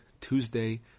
Tuesday